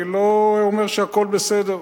אני לא אומר שהכול בסדר,